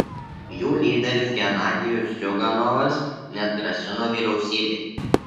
jų lyderis genadijus ziuganovas net grasino vyriausybei